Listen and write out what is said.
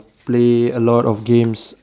play a lot of games